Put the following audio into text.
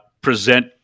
present